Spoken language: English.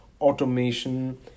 automation